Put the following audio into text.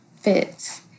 fits